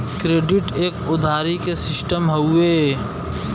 credit एक उधारी के सिस्टम हउवे